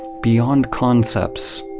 beyond concepts,